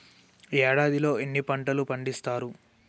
ఏడాదిలో ఎన్ని పంటలు పండిత్తరు?